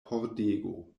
pordego